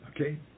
Okay